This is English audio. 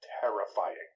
terrifying